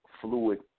fluid